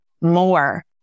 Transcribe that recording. more